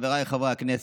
חבריי חברי הכנסת,